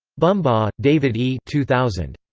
bumbaugh, david e. two thousand.